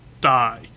die